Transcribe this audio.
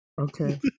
okay